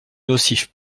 nocifs